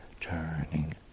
turning